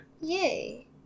Yay